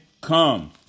come